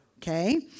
Okay